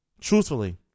Truthfully